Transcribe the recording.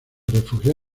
refugió